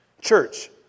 Church